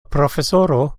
profesoro